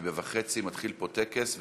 כי ב-16:30 מתחיל פה טקס.